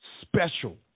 special